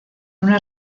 una